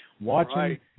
watching